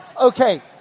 Okay